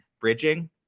Bridging